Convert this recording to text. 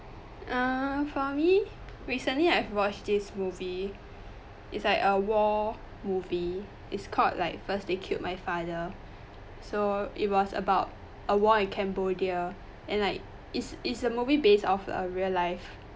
err for me recently i've watched this movie is like a war movie is called like first they killed my father so it was about a war in cambodia and like is is a movie based off a real life